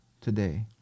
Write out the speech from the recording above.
today